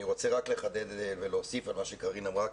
אני רוצה רק לחדד ולהוסיף על מה שקארין אמרה,